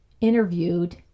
interviewed